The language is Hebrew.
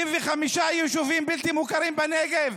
35 יישובים בלתי מוכרים בנגב.